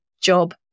job